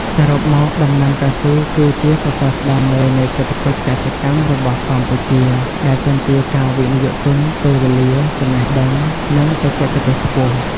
សរុបមក ដំណាំកៅស៊ូគឺជាសសរស្ដម្ភមួយនៃសេដ្ឋកិច្ចកសិកម្មរបស់កម្ពុជា ដែលទាមទារការវិនិយោគទុន ពេលវេលា ចំណេះដឹង និងបច្ចេកទេសខ្ពស់។